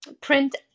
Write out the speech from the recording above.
print